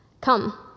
Come